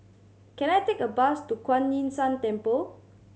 can I take a bus to Kuan Yin San Temple